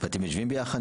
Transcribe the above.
ואתם יושבים ביחד?